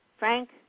Frank